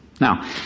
Now